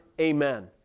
Amen